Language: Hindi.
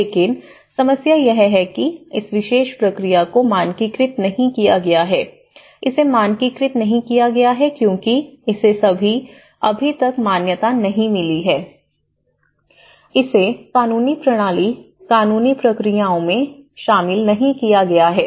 लेकिन समस्या यह है कि इस विशेष प्रक्रिया को मानकीकृत नहीं किया गया है इसे मानकीकृत नहीं किया गया है क्योंकि इसे अभी तक मान्यता नहीं मिली है इसे कानूनी प्रणाली कानूनी प्रक्रियाओं में शामिल नहीं किया गया है